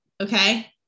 okay